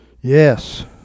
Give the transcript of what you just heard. Yes